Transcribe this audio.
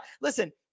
listen